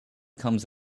comes